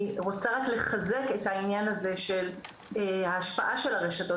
אני רוצה רק לחזק את העניין הזה של ההשפעת הרשתות